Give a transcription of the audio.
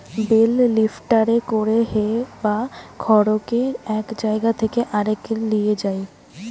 bell লিফ্টারে করে হে বা খড়কে এক জায়গা থেকে আরেক লিয়ে যায়